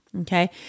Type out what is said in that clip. Okay